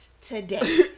today